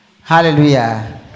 Hallelujah